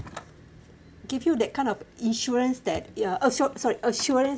give you that kind of insurance that you are assured sorry assurance